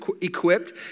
equipped